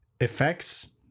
Effects